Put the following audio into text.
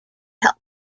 help